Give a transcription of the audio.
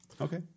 Okay